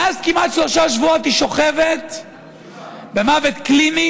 מאז כמעט שלושה שבועות היא שוכבת במוות קליני